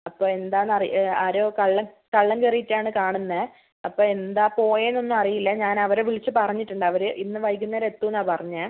അപ്പോൾ എന്താണെന്ന് അറി ആരോ കള്ളൻ കള്ളൻ കയറിയിട്ടാണ് കാണുന്നത് അപ്പോൾ എന്താണ് പോയതെന്നൊന്നും അറിയില്ല ഞാൻ അവരെ വിളിച്ച് പറഞ്ഞിട്ടുണ്ട് അവർ ഇന്ന് വൈകുന്നേരം എത്തുമെന്നാണ് പറഞ്ഞത്